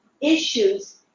issues